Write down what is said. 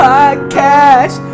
Podcast